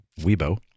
Weibo